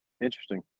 Interesting